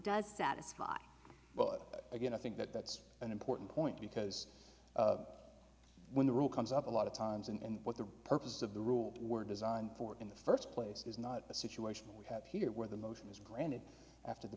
does satisfy but again i think that that's an important point because when the rule comes up a lot of times and what the purpose of the rules were designed for in the first place is not a situation we have here where the motion is granted after the